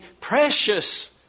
precious